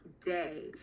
day